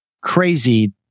crazy